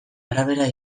arabera